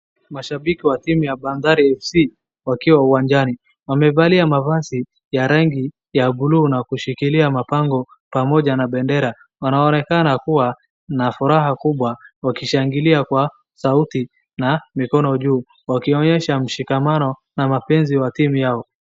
Mashabiki wa timu ya Bandari FC wakiwa uwanjani .Wamevalia mavazi ya rangi ya buluu na kushikilia pango pamoja na bendera. Wanaonekana kuwa na furaha kubwa wakishangilia kwa sauti na mikono juu wakionyesha ushikamano na mapenzi ya timu yao.